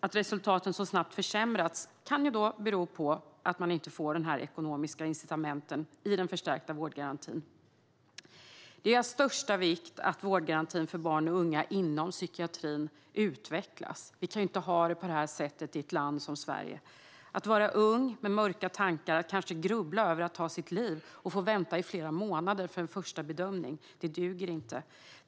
Att resultaten så snabbt försämrats kan bero på att man inte får de här ekonomiska incitamenten i den förstärkta vårdgarantin. Det är av största vikt att vårdgarantin för barn och unga inom psykiatrin utvecklas. Vi kan inte ha det på det här sättet i ett land som Sverige. Det duger inte att unga med mörka tankar, som kanske grubblar över att ta sitt liv, får vänta i flera månader för en första bedömning.